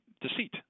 deceit